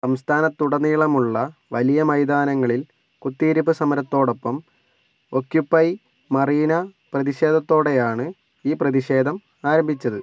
സംസ്ഥാനത്തുടനീളമുള്ള വലിയ മൈതാനങ്ങളിൽ കുത്തിയിരിപ്പ് സമരത്തോടൊപ്പം ഒക്ക്യൂപൈ മറീന പ്രതിഷേധത്തോടെയാണ് ഈ പ്രതിഷേധം ആരംഭിച്ചത്